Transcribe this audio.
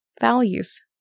values